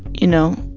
you know?